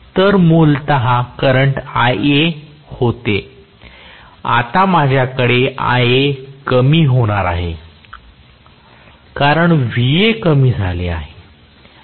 तर मूलतः current Ia होते आता माझ्याकडे Ia कमी होणार आहे कारण Va कमी झाले आहे